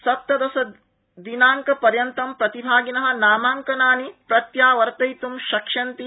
सप्तदशदिनांकपर्यन्तं प्रतिभागिन नामांकनानि प्रत्यावर्तयितुं शक्ष्यन्ति